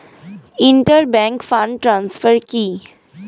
Inter bank fund transfer কি?